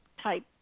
type